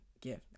gift